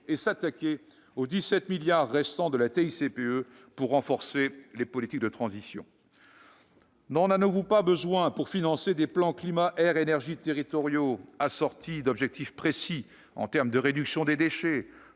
et s'attaquer aux 17 milliards d'euros restants de la TICPE afin de renforcer les politiques de transition. N'en avons-nous pas besoin pour financer des plans climat-air-énergie territoriaux assortis d'objectifs précis en termes de réduction des déchets,